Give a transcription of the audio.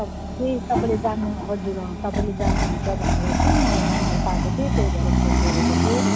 त्यही तपाईँले जान्न अँ हजुर तपाईँले जान्नुहुन्छ भनेर चाहिँ मलाई नम्बर पाएको थिएँ त्यही भएर फोन गरेको थिएँ